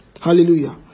Hallelujah